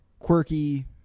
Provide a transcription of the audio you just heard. quirky